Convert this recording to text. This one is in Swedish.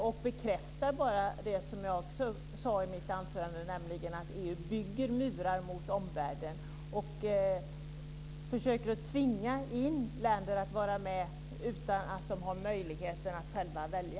Det bekräftar det jag sade i mitt anförande, nämligen att EU bygger murar mot omvärlden och försöker tvinga in länder att vara med utan att de har möjlighet att själva välja.